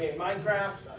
mind craft,